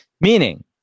Meaning